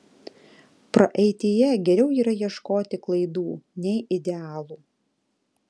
praeityje geriau yra ieškoti klaidų nei idealų